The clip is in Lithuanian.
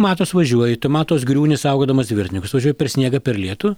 matos važiuoji tu matos griūni saugodamas dviratininkus tu važiuoji per sniegą per lietų